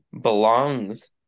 belongs